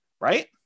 right